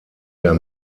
der